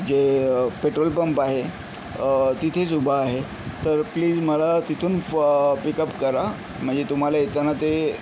जे petrol pump आहे तिथेच उभा आहे तर प्लीज मला तिथून फ पिकअप करा म्हणजे तुम्हाला येताना ते